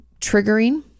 triggering